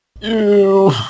Ew